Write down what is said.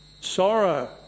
sorrow